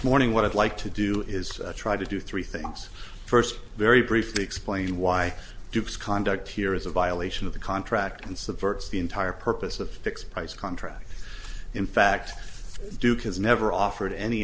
morning what i'd like to do is try to do three things first very briefly explain why duke's conduct here is a violation of the contract and subverts the entire purpose of fixed price contract in fact duke has never offered any